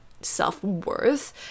self-worth